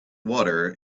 water